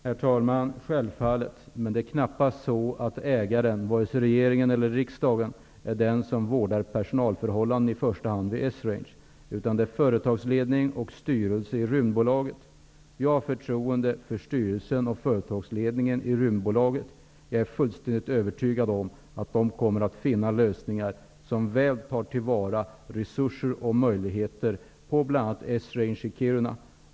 Herr talman! Självfallet. Men det är knappast så att ägaren, vare sig regeringen eller riksdagen, är den som i första hand vårdar personalförhållandena vid Esrange. Det ankommer på företagsledningen och styrelsen i Rymdbolaget. Vi har förtroende för styrelsen och företagsledningen i Rymdbolaget. Jag är fullständigt övertygad om att de kommer att finna lösningar som väl tar till vara resurser och möjligheter på bl.a. Esrange i Kiruna.